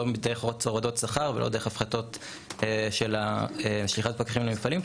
לא דרך הורדות שכר ולא דרך הפחתות של שליחת פקחים למפעלים,